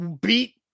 beat